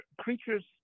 creatures